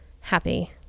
happy